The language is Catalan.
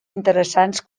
interessants